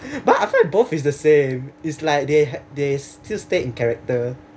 but I've heard both is the same is like they had they still stay in character